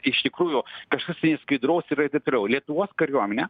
iš tikrųjų kažkas tai neskaidraus yra ir taip toliau lietuvos kariuomenė